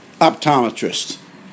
optometrist